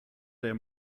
der